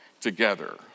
together